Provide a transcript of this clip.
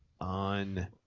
on